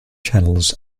channels